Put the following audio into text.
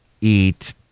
eat